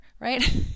right